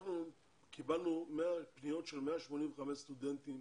אנחנו קיבלנו פניות של 185 סטודנטים